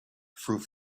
fruit